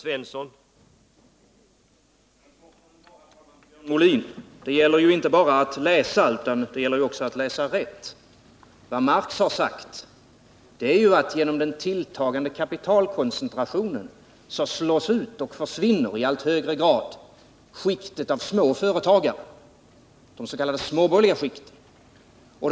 Herr talman! Ett par kommentarer till Björn Molins anförande. Det gäller inte bara att läsa, utan det gäller ju också att läsa rätt. Vad Marx har sagt är att den tilltagande kapitalkoncentrationen gör att skikten av småföretagare slås ut och försvinner i allt högre grad — de s.k. småborgerliga skikten.